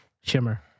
shimmer